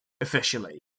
officially